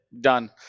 done